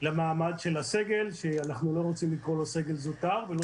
למעמד של הסגל שאנחנו לא רוצים לקרוא לו סגל זוטר ולא